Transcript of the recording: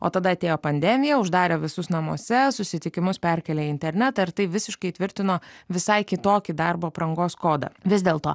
o tada atėjo pandemija uždarė visus namuose susitikimus perkėlė į internetą ir tai visiškai įtvirtino visai kitokį darbo aprangos kodą vis dėlto